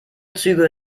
züge